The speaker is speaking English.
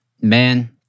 man